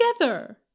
together